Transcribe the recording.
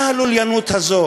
מה הלוליינות הזאת?